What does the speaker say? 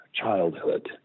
childhood